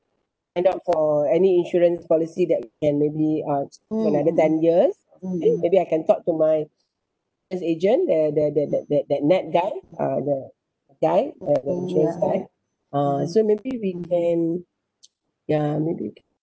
signed up for any insurance policy that can maybe uh another ten years maybe I can talk to my insurance agent eh that that that that that guy uh ya guy uh my insurance guy uh so maybe we can ya maybe